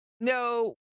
No